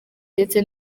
ndetse